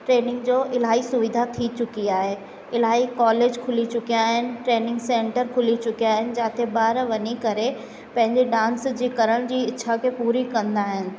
training जो इलाही सुविधा थी चुकी आहे इलाही कॉलेज खुली चुकिया आहिनि ट्रेनिंग सेंटर खुली चुकिया आहिनि जिते ॿार वञी करे पंहिंजे डांस जे करण जी इच्छा खे पूरी कंदा आहिनि